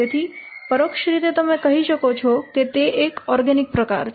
તેથી પરોક્ષ રીતે તમે કહી શકો છો કે આ ઓર્ગેનિક પ્રકાર છે